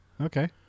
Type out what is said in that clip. Okay